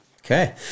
Okay